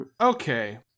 okay